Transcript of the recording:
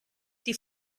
die